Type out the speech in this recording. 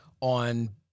on